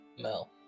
Mel